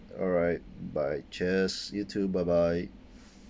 alright bye cheers you too bye bye